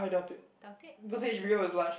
doubt it okay